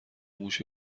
موش